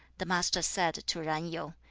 the master said to zan yu,